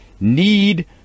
Need